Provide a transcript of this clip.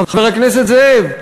חבר הכנסת זאב,